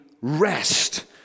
rest